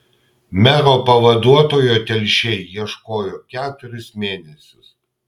mero pavaduotojo telšiai ieškojo keturis mėnesius